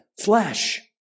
flesh